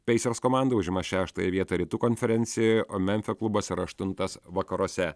peirsers komanda užima šeštąją vietą rytų konferencijoje o memfio klubas yra aštuntas vakaruose